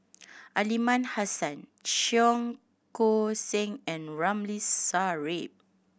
Aliman Hassan Cheong Koon Seng and Ramli Sarip